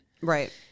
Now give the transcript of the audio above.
Right